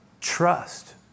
Trust